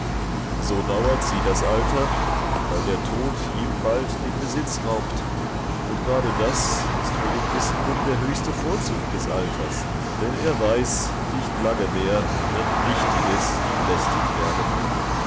so dauert sie das alter weil der tod ihm bald den besitz raubt und gerade das ist für den wissenden der höchste vorzug des alters denn er weiß nicht lange mehr wird nichtiges ihm lästig werden